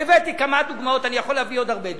הבאתי כמה דוגמאות ואני יכול להביא עוד הרבה דוגמאות,